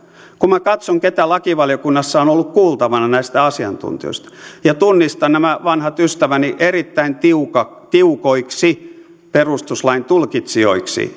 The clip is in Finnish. kun minä katson keitä lakivaliokunnassa on on ollut kuultavana näistä asiantuntijoista ja tunnistan nämä vanhat ystäväni erittäin tiukoiksi perustuslain tulkitsijoiksi